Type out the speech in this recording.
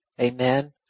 Amen